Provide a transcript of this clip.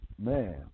Man